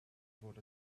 fod